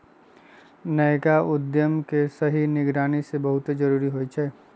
नयका उद्यम के सही निगरानी के बहुते जरूरी होइ छइ